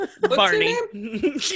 Barney